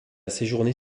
séjourner